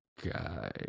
guy